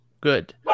good